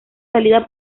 salida